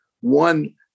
One